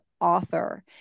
author